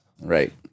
Right